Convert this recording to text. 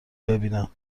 ببینم